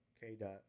K-Dot